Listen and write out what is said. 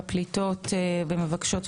בבקשה.